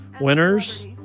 winners